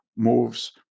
Moves